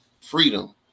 freedom